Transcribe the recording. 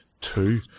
two